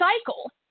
cycle